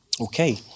Okay